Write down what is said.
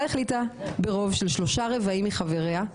תראה לי.